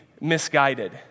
misguided